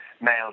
male